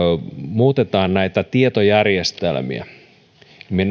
muutetaan näitä tietojärjestelmiä me